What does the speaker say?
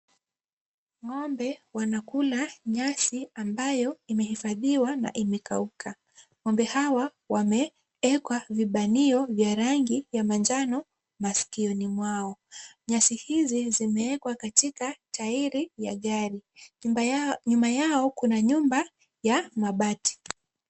Ng'ombe wanakula nyasi ambayo imehifadhiwa na imekauka. Ng'ombe hawa wameekwa vibanio vya rangi ya manjano maskioni mwao. Nyasi hizi zimewekwa katika tairi ya gari. Nyumba yao, nyuma yao kuna nyumba ya mabati.